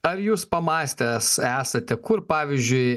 ar jūs pamąstęs esate kur pavyzdžiui